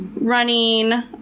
running